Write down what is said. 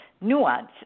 Nuance